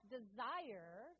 desire